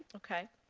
okay.